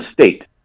state